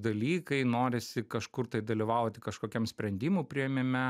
dalykai norisi kažkur dalyvauti kažkokiam sprendimų priėmime